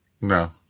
No